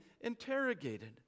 interrogated